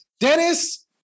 Dennis